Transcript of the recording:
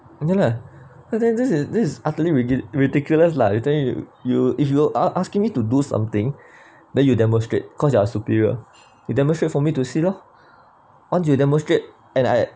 ya lah there's this there's this utterly ridiculous lah you don't you you you if you do as~ asking me to do something then you demonstrate cause you are superior you demonstrate for me to see lor once you demonstrate and I